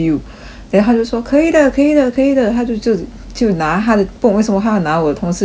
then 他就说可以的可以的可以的他就这样子就拿他的不懂为什么他要拿我同事的电话去看